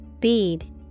Bead